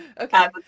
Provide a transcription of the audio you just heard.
Okay